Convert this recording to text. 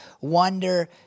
wonder